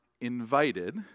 invited